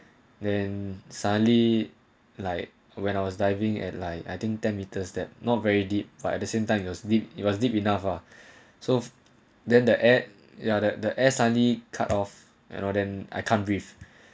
then suddenly like when I was diving at like adding ten meters that not very deep but at the same time you asleep it was deep enough ah so then the air ya that the air suddenly cut off and all them I can't breathe